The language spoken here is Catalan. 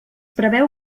preveu